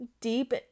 deep